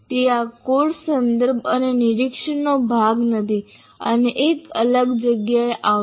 તે આ કોર્સ સંદર્ભ અને નિરીક્ષણનો ભાગ નથી અને એક અલગ જગ્યાએ આવશે